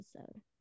episode